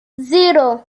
zero